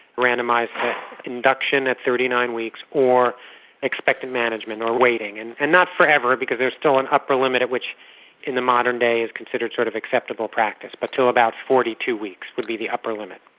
randomised induction at thirty nine weeks, or expected management or waiting, and and not forever because there is still an upper limit at which in the modern day is considered sort of acceptable practice, but until about forty two weeks would be the upper limit.